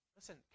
Listen